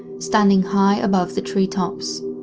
standing high above the tree tops.